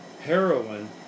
heroin